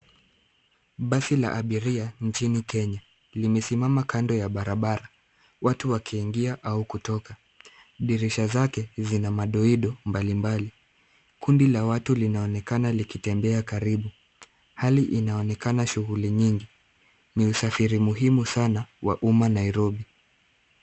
Basi la abiria nchini Kenya limesimama kando ya barabara watu wakiingia au kutoka. Dirisha zake zina madoido mbalimbali. Kundi la watu linaonekana likitembea karibu. Hali inaonekana shughuli nyingi. Ni usafiri muhimu sana wa umma Nairobi.